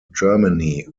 germany